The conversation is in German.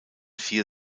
vier